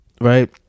Right